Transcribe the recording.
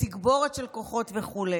לתגבורת של כוחות וכו'